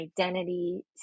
identity